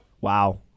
Wow